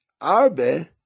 arbe